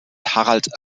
harald